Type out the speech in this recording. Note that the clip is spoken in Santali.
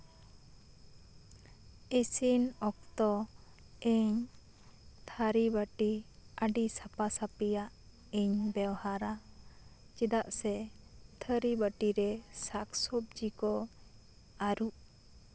ᱤᱥᱤᱱ ᱚᱠᱛᱚ ᱤᱧ ᱛᱷᱟᱹᱨᱤ ᱵᱟᱹᱴᱤ ᱟᱹᱰᱤ ᱥᱟᱯᱷᱟ ᱥᱟᱯᱷᱤᱭᱟᱜ ᱤᱧ ᱵᱮᱣᱦᱟᱨᱟ ᱪᱮᱫᱟᱜ ᱥᱮ ᱛᱷᱟᱹᱨᱤ ᱵᱟᱹᱴᱤᱨᱮ ᱥᱟᱠ ᱥᱚᱵᱡᱤ ᱠᱚ ᱟᱨᱩᱵ